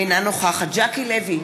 אינה נוכחת ז'קי לוי,